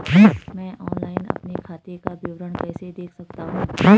मैं ऑनलाइन अपने खाते का विवरण कैसे देख सकता हूँ?